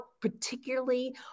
particularly